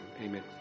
Amen